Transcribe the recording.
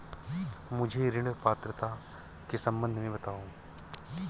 मुझे ऋण पात्रता के सम्बन्ध में बताओ?